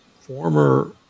former